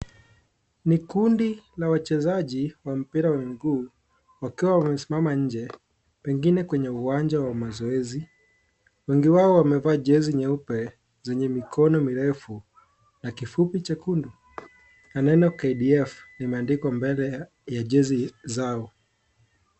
Ni kundi la wachezaji wa mpira wa miguu, wakiwa wamesimama nje pengine kwenye uwanja wa mazoezi. Wengi wao wamevaa jezi nyeupe zenye mikono mirefu na kifupi chekundu. Na neno KDF limeandikwa mbele ya jezi zao.